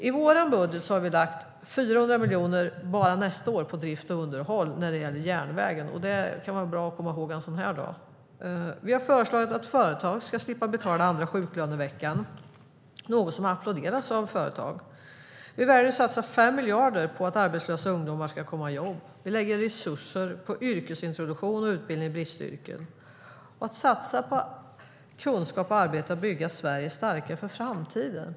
I vår budget har vi lagt 400 miljoner bara nästa år på drift och underhåll av järnvägen. Detta kan vara bra att komma ihåg en dag som denna. Vi har föreslagit att företag ska slippa betala andra sjuklöneveckan, något som applåderas av företag. Vi väljer att satsa 5 miljarder på att arbetslösa ungdomar ska komma i jobb. Vi lägger resurser på yrkesintroduktion och utbildning i bristyrken - att satsa på kunskap och arbete för att bygga Sverige starkare för framtiden.